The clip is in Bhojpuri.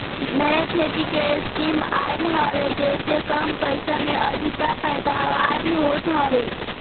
नया खेती के स्कीम आइल हवे जेसे कम पइसा में अधिका पैदावार होत हवे